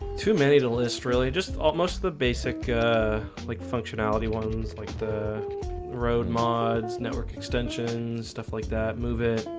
too many to list really just almost the basic like functionality ones like the road mods network extensions stuff like that movie